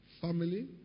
family